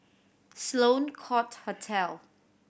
Sloane Court Hotel